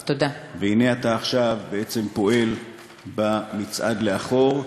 והנה, אתה עכשיו בעצם פועל במצעד לאחור,